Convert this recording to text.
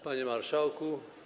Panie Marszałku!